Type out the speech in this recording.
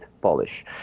Polish